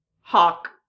hawk